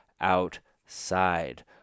OUTSIDE